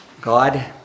God